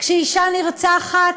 כשאישה נרצחת